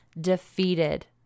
defeated